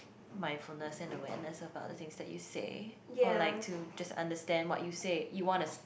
mind from the send awareness of the other things that you say or like to just understand what you say you wanna